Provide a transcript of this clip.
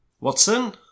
Watson